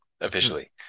officially